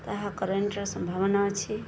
ତାହା କରେଣ୍ଟର ସମ୍ଭାବନା ଅଛି